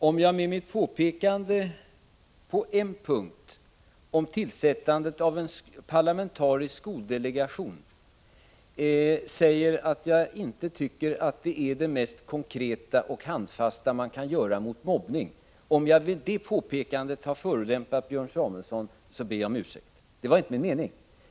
Herr talman! Om jag, när jag beträffande tillsättandet av en parlamentarisk skoldelegation sade att detta inte är det mest konkreta och handfasta som man kan göra mot mobbning, förolämpade Björn Samuelson, ber jag om ursäkt. Det var inte min mening att förolämpa.